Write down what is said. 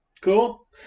cool